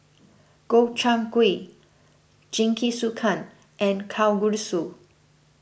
Gobchang Gui Jingisukan and Kalguksu